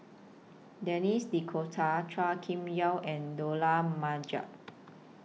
Denis D'Cotta Chua Kim Yeow and Dollah Majid